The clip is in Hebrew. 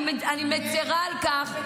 --- בתור חברת ועדת האתיקה --- אני מצירה על כך.